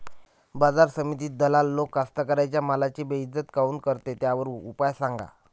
बाजार समितीत दलाल लोक कास्ताकाराच्या मालाची बेइज्जती काऊन करते? त्याच्यावर उपाव सांगा